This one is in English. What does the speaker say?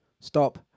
Stop